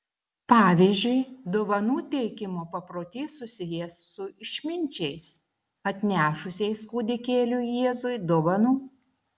pavyzdžiui dovanų teikimo paprotys susijęs su išminčiais atnešusiais kūdikėliui jėzui dovanų